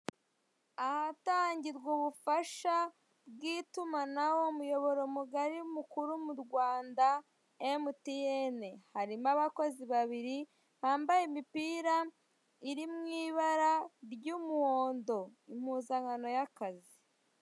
Ahatangirwa ubufasha bw'itumanaho umuyoboro mugari mukuru mu Rwanda emutiyene, harimo abakozi babiri bambaye imipira iri mu ibara ry'umuhondo, impuzankano y'akazi.